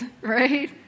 Right